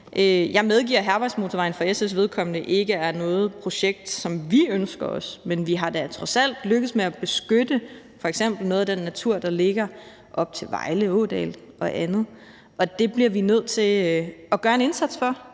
Jeg medgiver, at Hærvejsmotorvejen ikke er et projekt, som vi i SF ønsker os, men vi er da trods alt lykkedes med at beskytte f.eks. noget af den natur, der ligger op til Vejle Ådal, og andet, og det bliver vi nødt til at gøre en indsats for,